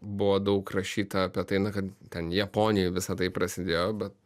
buvo daug rašyta apie tai na kad ten japonijoj visa tai prasidėjo be